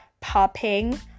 popping